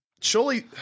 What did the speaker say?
Surely